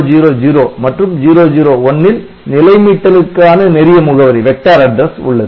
000 மற்றும் 001 ல் நிலை மீட்டலுக்கான நெறிய முகவரி உள்ளது